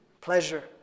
pleasure